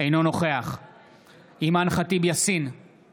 אינו נוכח אימאן ח'טיב יאסין, נגד